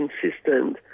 consistent